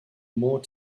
more